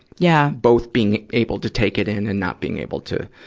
yeah both being able to take it in and not being able to,